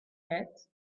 yet